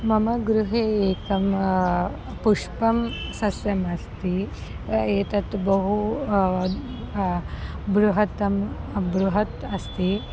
मम गृहे एकं पुष्पसस्यम् अस्ति एतत् बहु बृहत् बृहत् अस्ति